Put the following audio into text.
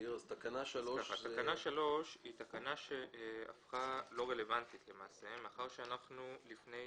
תקנה 3 הפכה לא רלוונטית למעשה מאחר שאנחנו לפני